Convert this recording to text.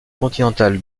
continentale